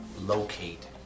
locate